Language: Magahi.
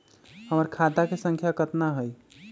हमर खाता के सांख्या कतना हई?